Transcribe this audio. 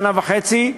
שנה וחצי,